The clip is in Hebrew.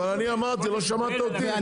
אבל אני אמרתי, לא שמעת אותי?